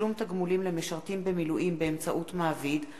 (תשלום תגמולים למשרתים במילואים באמצעות מעביד),